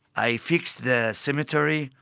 i fix the cemetery,